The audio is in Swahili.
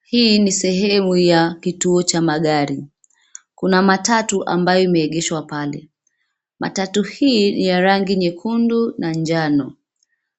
Hii ni sehemu ya kituo cha magari. Kuna matatu ambayo imeegeshwa pale. Matatu hii ni ya rangi nyekundu na njano.